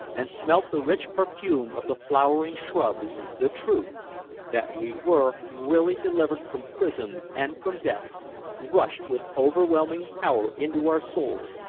and smelt the rich perfume of the flowering shrubs, the truth that we were really delivered from prison and from death rushed with overwhelming power into our souls,